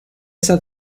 esa